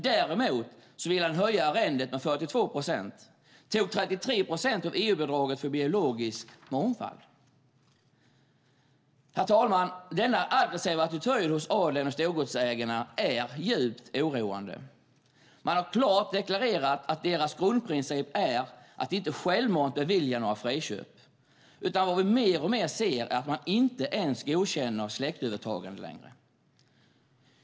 Däremot ville han höja arrendet med 42 procent och tog 33 procent av EU-bidraget för biologisk mångfald. Herr talman! Denna aggressiva attityd hos adeln och storgodsägarna är djupt oroande. Man har klart deklarerat att grundprincipen är att inte självmant bevilja några friköp. Vad vi mer och mer ser är i stället att man inte ens godkänner släktövertagande längre.